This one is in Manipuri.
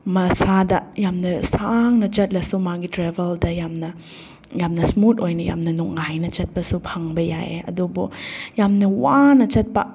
ꯃꯁꯥꯗ ꯌꯥꯝꯅ ꯁꯥꯡꯅ ꯆꯠꯂꯁꯨ ꯃꯥꯒꯤ ꯇ꯭ꯔꯦꯕꯦꯜꯗ ꯌꯥꯝꯅ ꯌꯥꯝꯅ ꯏꯁꯃꯨꯠ ꯑꯣꯏꯅ ꯌꯥꯝꯅ ꯅꯨꯡꯉꯥꯏꯅ ꯆꯠꯄꯁꯨ ꯐꯪꯕ ꯌꯥꯏ ꯑꯗꯨꯕꯨ ꯌꯥꯝꯅ ꯋꯥꯅ ꯆꯠꯄ